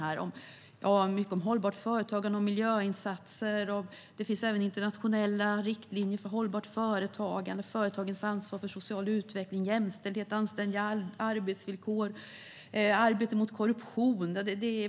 Det är mycket om hållbart företagande och miljöinsatser. Det finns även internationella riktlinjer för hållbart företagande, företagens ansvar för social utveckling, jämställdhet, anständiga arbetsvillkor, arbete mot korruption och så vidare.